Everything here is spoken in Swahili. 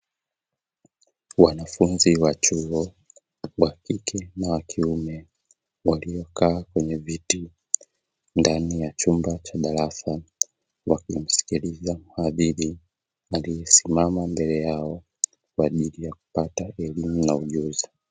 Wanafunzi wa chuo wa kike na wa kiume, waliokaa kwenye viti ndani ya chumba cha darasa, wakimsikiliza mhadhiri aliyesimama mbele yao, kwa ajili ya kupata elimu na ujuzi.